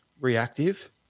reactive